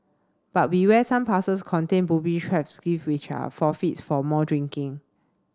but beware some parcels contain booby traps gift which are forfeits for more drinking